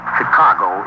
Chicago